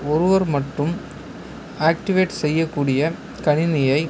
ஒருவர் மட்டும் ஆக்டிவேட் செய்யக் கூடிய கணினியை